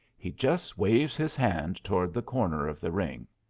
he just waves his hand toward the corner of the ring.